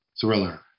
thriller